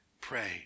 pray